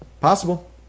possible